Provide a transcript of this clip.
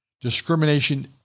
discrimination